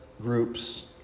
groups